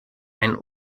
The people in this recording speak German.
ein